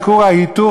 אל כור ההיתוך,